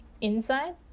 inside